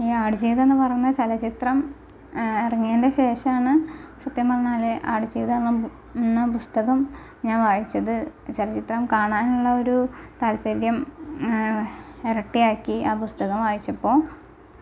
ഈ ആടുജീവിതംന്ന് പറയുന്ന ചലച്ചിത്രം ഇറങ്ങിയതിന്റെ ശേഷമാണ് സത്യം പറഞ്ഞാൽ ആട്ജീവിതം എന്ന എന്ന പുസ്തകം ഞാന് വായിച്ചത് ചലച്ചിത്രം കാണാനുള്ള ഒരു താല്പര്യം ഇരട്ടിയാക്കി ആ പുസ്തകം വായിച്ചപ്പോൾ